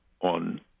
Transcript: on